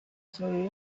sorry